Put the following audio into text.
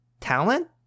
Talent